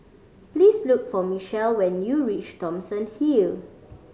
please look for Michell when you reach Thomson Hill